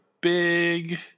big